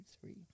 three